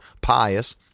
pious